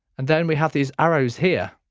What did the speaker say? and then we have these arrows here.